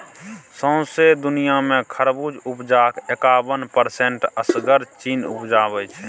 सौंसे दुनियाँ मे खरबुज उपजाक एकाबन परसेंट असगर चीन उपजाबै छै